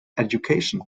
education